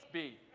b